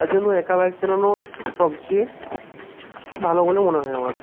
তার জন্য একা বাইক চালানো সবচেয়ে ভালো বলে মনে হয় আমার